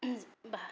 बा